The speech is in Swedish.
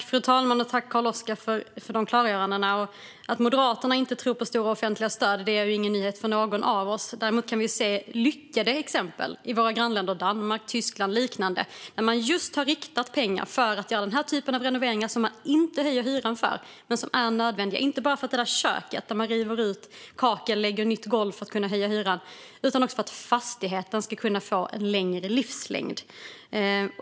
Fru talman! Tack, Carl-Oskar Bohlin, för klargörandena! Att Moderaterna inte tror på stora offentliga stöd är ingen nyhet för någon av oss. Däremot kan vi se lyckade exempel i våra grannländer, till exempel i Danmark och Tyskland, där man just har riktat pengar för att göra den typ av renoveringar som inte höjer hyran men som är nödvändiga. Det handlar alltså inte om att riva ut kakel och lägga nytt golv i köket för att kunna höja hyran, utan det handlar om att fastigheten ska få en längre livslängd.